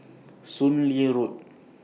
Soon Lee Road